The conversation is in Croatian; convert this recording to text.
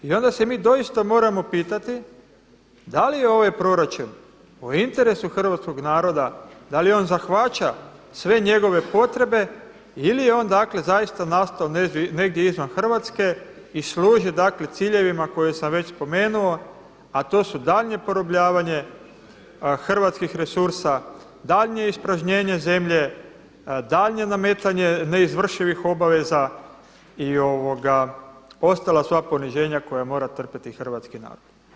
I onda se mi doista moramo pitati da li je ovaj proračun u interesu hrvatskog naroda, da li on zahvaća sve njegove potrebe ili je on dakle zaista nastao negdje izvan Hrvatske i služi dakle ciljevima koje sam već spomenuo, a to su daljnje porobljavanje hrvatskih resursa, daljnje ispražnjenje zemlje, daljnje nametanje neizvršivih obaveza i ostala sva poniženja koja mora trpjeti hrvatski narod.